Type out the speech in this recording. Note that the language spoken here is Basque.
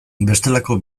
bestelako